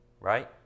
right